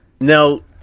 now